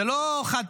זה לא חד-פעמי,